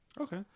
Okay